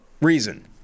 reason